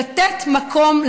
לתת מקום,